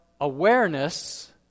awareness